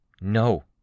No